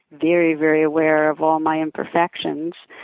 very very aware of all my imperfections.